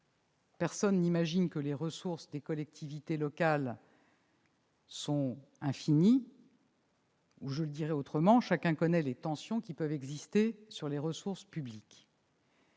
personne n'imagine que les ressources des collectivités territoriales sont infinies- ou, pour le dire autrement, où chacun connaît les tensions qui existent sur les ressources publiques.